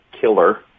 killer